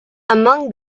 among